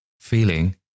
feeling